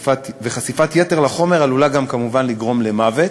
וחשיפת יתר לחומר עלולה גם כמובן לגרום למוות,